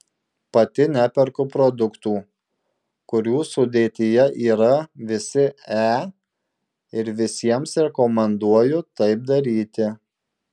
pati neperku produktų kurių sudėtyje yra visi e ir visiems rekomenduoju taip daryti